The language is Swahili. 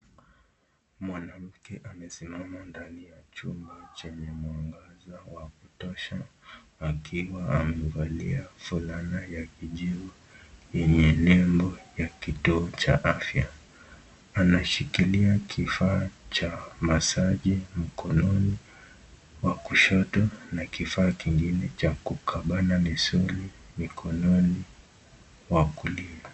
Mwanamke amesimama ndani ya chumba chenye mwangaza wa kutosha akiwa amevalia fulana ya kijivu yenye nembo ya kituo cha afya. Anashikilia kifaa cha masaji mkononi wa kushoto na kifaa kingine cha kukabana misuli mkononi mwa kulia.